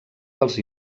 pels